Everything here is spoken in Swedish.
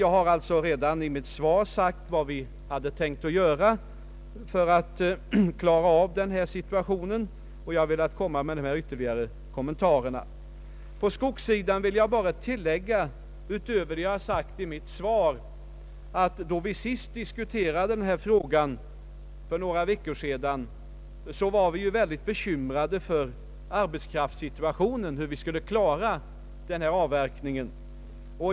Jag har redan i mitt svar sagt vad vi tänkt göra för att klara av situationen men har ändå velat göra dessa ytterligare kommentarer. Vad gäller skogssidan vill jag utöver vad jag sagt i interpellationssvaret tillägga att då vi senast diskuterade denna fråga för några veckor sedan, var vi mycket bekymrade för = arbetskraftssituationen och hur vi skulle klara avverkningen.